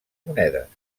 monedes